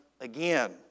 again